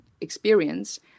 experience